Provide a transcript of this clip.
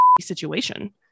situation